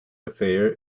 affair